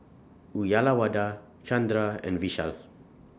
Uyyalawada Chandra and Vishal